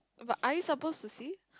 but are you supposed to see